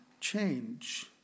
change